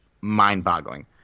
mind-boggling